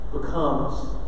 becomes